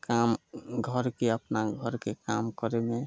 काम घरके अपना घरके काम करयमे